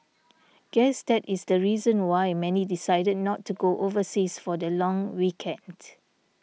guess that is the reason why many decided not to go overseas for the long weekend